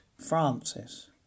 Francis